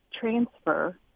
transfer